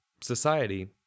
society